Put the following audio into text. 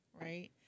right